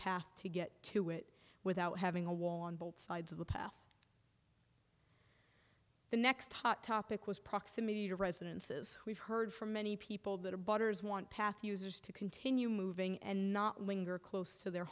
path to get to it without having a wall on both sides of the path the next hot topic was proximity to residences we've heard from many people that are butters want path users to continue moving and not linger close to their